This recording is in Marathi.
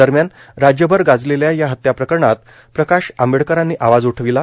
दरम्यान राज्यभर गाजलेल्या या हत्या प्रकरणात प्रकाश आंबेडकरांनी आवाज उठविला